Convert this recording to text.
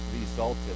resulted